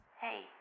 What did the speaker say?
Hey